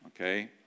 Okay